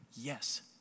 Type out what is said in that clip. yes